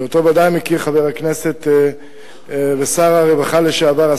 שאותו ודאי מכיר חבר הכנסת ושר הרווחה לשעבר,